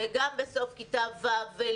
וגם בסוף כיתה ו'.